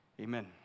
amen